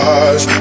eyes